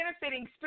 Benefiting